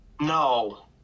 No